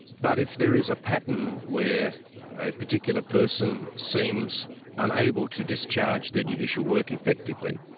but if there is a pattern where a particular person seems unable to discharge their judicial work effectively,